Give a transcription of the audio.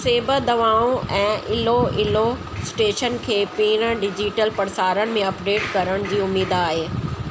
सेब दवाऊं ऐं इलोइलो स्टेशन खे पिण डिजिटल प्रसारण में अपडेट करण जी उमेदु आहे